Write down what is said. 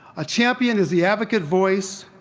a champion is the advocate voice,